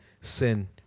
sin